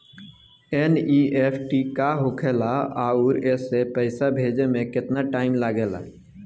NEFT का होखे ला आउर एसे पैसा भेजे मे केतना टाइम लागेला?